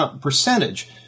percentage